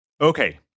Okay